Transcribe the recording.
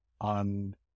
on